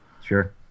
sure